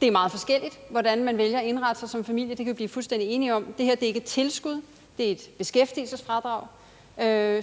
Det er meget forskelligt, hvordan man vælger at indrette sig som familie – det kan vi blive fuldstændig enige om. Det her er ikke et tilskud, det er et beskæftigelsesfradrag,